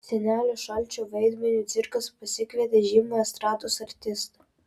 senelio šalčio vaidmeniui cirkas pasikvietė žymų estrados artistą